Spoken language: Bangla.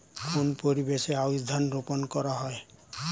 কোন পরিবেশে আউশ ধান রোপন করা হয়?